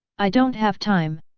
i don't have time.